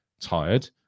tired